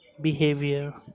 behavior